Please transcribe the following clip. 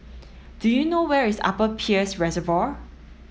do you know where is Upper Peirce Reservoir